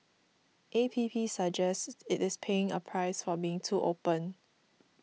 A P P suggests it is paying a price for being too open